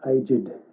aged